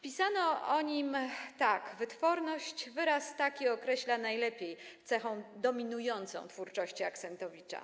Pisano o nim tak: Wytworność - wyraz ten określa najlepiej cechę dominującą twórczość Axentowicza.